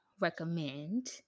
recommend